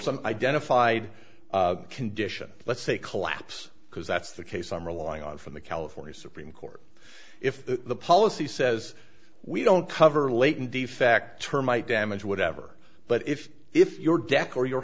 some identified condition let's say collapse because that's the case i'm relying on from the california supreme court if the policy says we don't cover leighton de facto termite damage or whatever but if if your deck or your